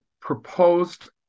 proposed